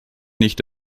nicht